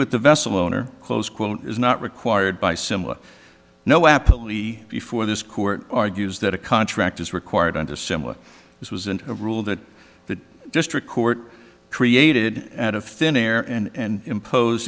with the vessel owner close quote is not required by simple no apple e before this court argues that a contract is required under a similar this was an a rule that the district court created out of thin air and impose